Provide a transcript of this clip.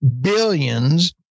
billions